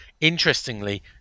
interestingly